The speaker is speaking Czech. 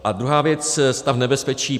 A druhá věc, stav nebezpečí.